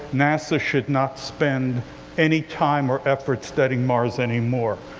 nasa should not spend any time or effort studying mars anymore.